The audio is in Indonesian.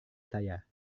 saya